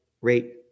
rate